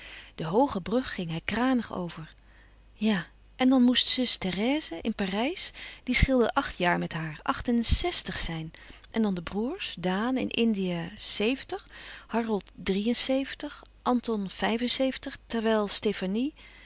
de hooge brug ging hij kranig over ja en dan moest zus therèse in parijs die scheelde acht jaar met haar acht en zestig zijn en dan de broêrs daan in indië zeventig harold drie en zeventig anton vijf-en-zeventig terwijl stefanie